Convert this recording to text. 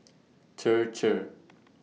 Chir Chir